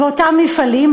ואותם מפעלים,